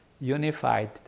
unified